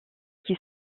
qui